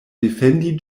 defendi